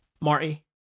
Marty